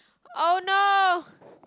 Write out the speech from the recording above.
oh no